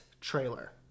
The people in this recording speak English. trailer